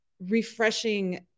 refreshing